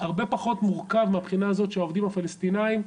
הרבה פחות מורכב מהבחינה הזאת שהעובדים הפלשתינאים,